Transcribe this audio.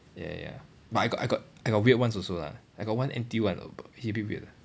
ya ya but I got I got I got weird ones also lah I got one N_T_U one he a bit weird